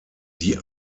die